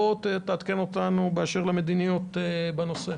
עדכן אותנו באשר למדיניות בנושא.